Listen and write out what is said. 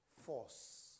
force